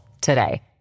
today